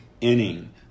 inning